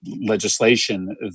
legislation